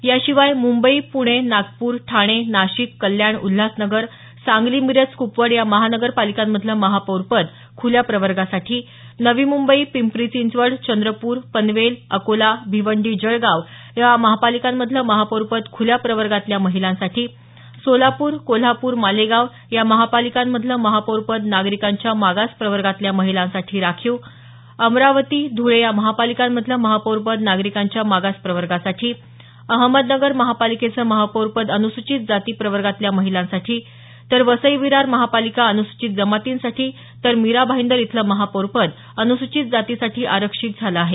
याशिवाय मुंबई पुणे नागपूर ठाणे नाशिक कल्याण उल्हासनगर सांगली मिरज क्पवड या महापालिकांमधलं महापौर पद खुल्या प्रवर्गासाठी नवी मुंबई पिंपरी चिंचवड चंद्रपूर पनवेल अकोला भिवंडी जळगाव या महापालिकांमधलं महापौर पद खुल्या प्रवर्गातल्या महिलांसाठी सोलापूर कोल्हापूर मालेगाव या महापालिकांमधलं महापौर पद नागरिकांच्या मागास प्रवर्गातल्या महिलांसाठी राखीव अमरावती धुळे या महापालिकांमधलं महापौर पद नागरिकांच्या मागास प्रवर्गासाठी अहमदनगर महापालिकेचं महापौर पद अनुसूचीत जाती प्रवर्गातल्या महिलांसाठी तर वसई विरार महापालिका अनुसूचित जमातींसाठी तर मिरा भाईंदर इथलं महापौर पद अनुसूचीत जातीसाठी आरक्षित झालं आहे